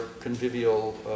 convivial